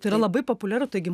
tai yra labai populiaru taigi